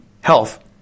Health